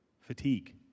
fatigue